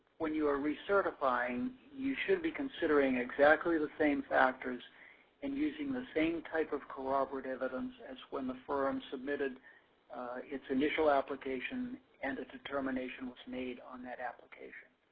when you are recertifying, you should be considering exactly the same factors and using the same type of corroborative evidence as when the firm submitted its initial application and a determination was made on that application.